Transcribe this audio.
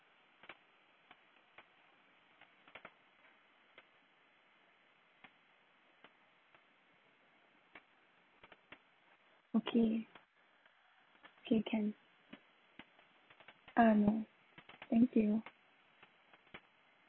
okay okay can uh no thank you